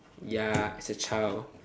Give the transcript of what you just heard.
ya as a child